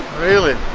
really?